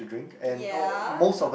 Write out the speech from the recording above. ya